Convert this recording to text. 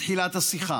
מתחילת השיחה.